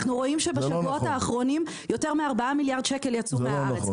אנחנו רואים שבשבועות האחרונים יותר מארבעה מיליארד שקלים יצאו מהארץ.